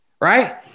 Right